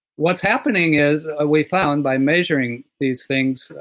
what's happening is ah we found by measuring these things,